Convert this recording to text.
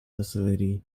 facility